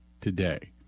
today